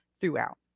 throughout